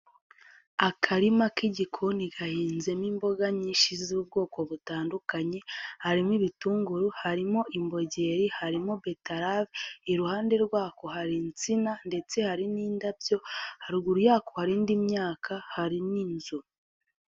Akarima k'igikoni gahinzemo imboga nyinshi z'ubwoko butandukanye, harimo ibitunguru, harimo imbogeri, harimo betarave, iruhande rwako hari insina ndetse hari n'indabyo, haruguru yako hari indi myaka, hari n'inzu.